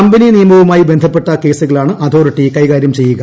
company നിയമവുമായി ബന്ധപ്പെട്ട കേസുകളാണ് അതോറിറ്റി കൈകാര്യം ചെയ്യുക